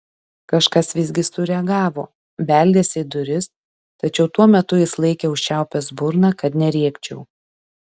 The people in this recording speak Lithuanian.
kažkas visgi sureagavo beldėsi į duris tačiau tuo metu jis laikė užčiaupęs burną kad nerėkčiau